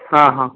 ହଁ ହଁ